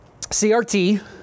CRT